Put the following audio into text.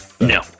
No